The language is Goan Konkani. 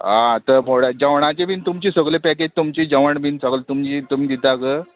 आ तर फोडा जेवणाची बीन तुमची सगली पॅकेज तुमचे जेवण बीन सगळे तुमची तुमी दिता ग